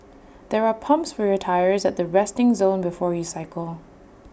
there are pumps for your tyres at the resting zone before you cycle